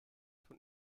von